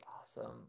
awesome